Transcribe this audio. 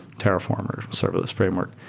terraform or serverless framework.